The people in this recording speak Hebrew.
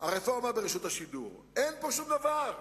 הרפורמה ברשות השידור, אין פה שום דבר.